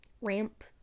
ramp